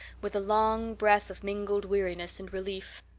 with a long breath of mingled weariness and relief.